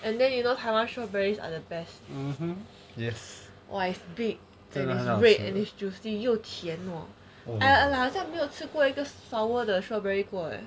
and then you know taiwan strawberries are the best it's big and it's red and it's juicy 又甜 hor 好像没有吃过一个 sour 的 strawberry 过